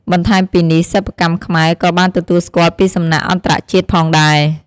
បន្ថែមពីនេះ សិប្បកម្មខ្មែរក៏បានទទួលស្គាល់ពីសំណាក់អន្តរជាតិផងដែរ។